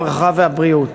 הרווחה והבריאות.